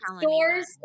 stores